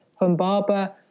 Humbaba